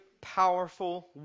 powerful